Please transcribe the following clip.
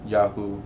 Yahoo